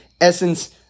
essence